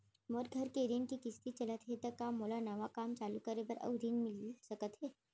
मोर घर के ऋण के किसती चलत हे ता का मोला नवा काम चालू करे बर अऊ ऋण मिलिस सकत हे?